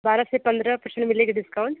बारह से पंद्रह परसेंट मिलेगा डिस्काउंट